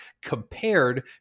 compared